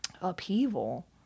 upheaval